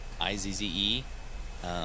I-Z-Z-E